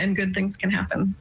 and good things can happen.